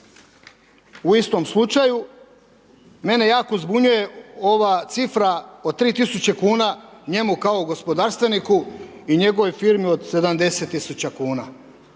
u istom slučaju, mene jako zbunjuje ova cifra od 3 tisuće kuna njemu kao gospodarstveniku i njegovoj firmi od 70 tisuća kuna.